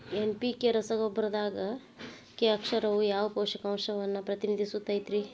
NPK ರಸಗೊಬ್ಬರದಾಗ K ಅಕ್ಷರವು ಯಾವ ಪೋಷಕಾಂಶವನ್ನ ಪ್ರತಿನಿಧಿಸುತೈತ್ರಿ?